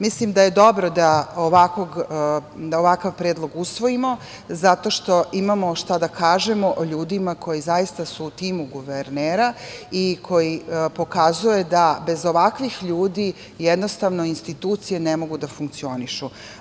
Mislim da je dobro *da ovakav predlog usvojimo zato što imamo šta da kažemo o ljudima koji su zaista u timu guvernera i koji pokazuje da bez ovakvih ljudi jednostavno institucije ne mogu da funkcionišu.